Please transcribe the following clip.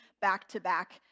back-to-back